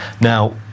Now